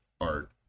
art